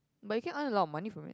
but you can earn a lot of money from it